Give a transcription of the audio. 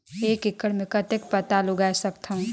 एक एकड़ मे कतेक पताल उगाय सकथव?